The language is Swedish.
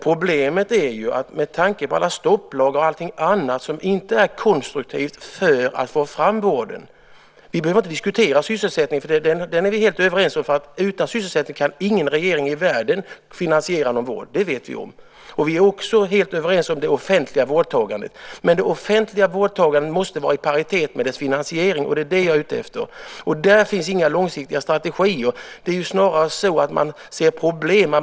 Problemet är ju stopplag och annat som inte är konstruktivt för att få fram vården. Vi behöver inte diskutera sysselsättningen. Den är vi helt överens om. Utan sysselsättning kan ingen regering i världen finansiera någon vård. Det vet vi. Vi är också helt överens om det offentliga vårdtagandet. Det offentliga vårdtagandet måste vara i paritet med sin finansiering. Det är det jag är ute efter. Där finns inga långsiktiga strategier. Det är ju snarare så att man ser problem.